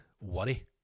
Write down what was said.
worry